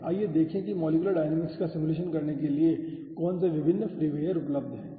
आगे आइए देखें कि मॉलिक्यूलर डायनामिक्स का सिमुलेशन करने के लिए कौन से विभिन्न फ्रीवेयर उपलब्ध हैं